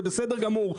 זה בסדר גמור.